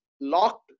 locked